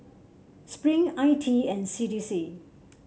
Spring I T E and C D C